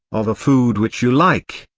of a food which you like,